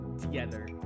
together